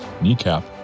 kneecap